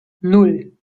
nan